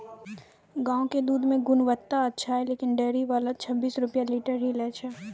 गांव के दूध के गुणवत्ता अच्छा छै लेकिन डेयरी वाला छब्बीस रुपिया लीटर ही लेय छै?